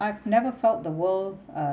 I've never felt the world uh